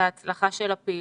ובהצלחה של הפעילות.